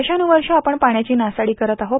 वर्षान्रवर्ष आपण पाण्याची नासाडी करत आहोत